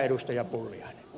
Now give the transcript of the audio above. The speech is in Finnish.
pulliainen